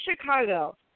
Chicago